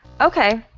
Okay